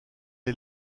est